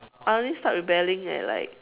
I only start rebelling at like